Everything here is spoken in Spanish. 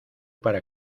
para